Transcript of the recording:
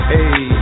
Hey